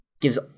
gives